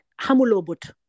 Hamulobut